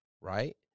Right